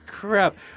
crap